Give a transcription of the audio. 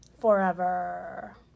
Forever